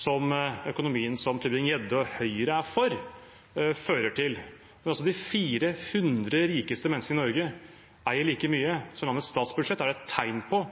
som økonomien som Tybring-Gjedde og Høyre er for, fører til. Det at altså de 400 rikeste menneskene i Norge eier like mye som landets statsbudsjett, er et tegn på